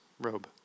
robe